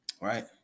right